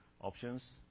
options